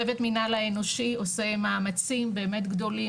צוות מנהל האנושי עושה מאמצים באמת גדולים,